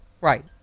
Right